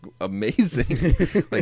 amazing